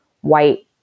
white